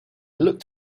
looked